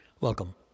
Welcome